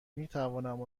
میتوانم